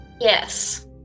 Yes